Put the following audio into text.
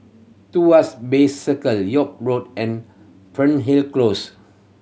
Bay Circle York Road and Fernhill Close